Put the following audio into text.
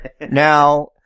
Now